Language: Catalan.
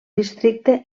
districte